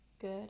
good